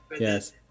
Yes